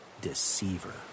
Deceiver